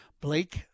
Blake